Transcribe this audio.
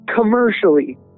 commercially